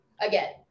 Again